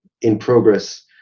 in-progress